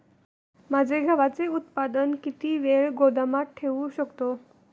माझे गव्हाचे उत्पादन किती वेळ गोदामात ठेवू शकतो?